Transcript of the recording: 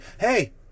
Hey